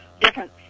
different